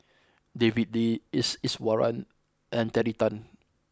David Lee S Iswaran and Terry Tan